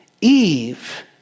Eve